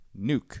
nuke